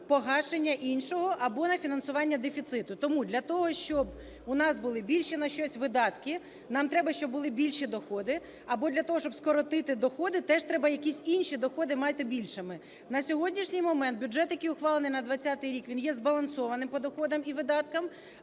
погашення іншого або на фінансування дефіциту. Тому для того, щоб у нас були більші на щось видатки, нам треба, щоб були більші доходи. Або для того, щоб скоротити доходи, теж треба якісь інші доходи мати більшими. На сьогоднішній момент, бюджет, який ухвалений на 20-й рік, він є збалансованим по доходам і видаткам,